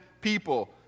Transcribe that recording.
people